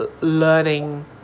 learning